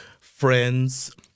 Friends